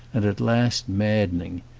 and at last maddening.